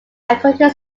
according